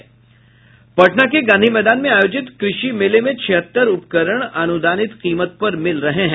पटना के गांधी मैदान में आयोजित कृषि मेले में छिहत्तर उपकरण अनुदानित कीमत पर मिल रहे हैं